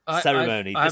Ceremony